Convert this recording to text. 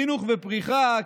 חינוך ופריחה,